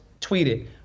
tweeted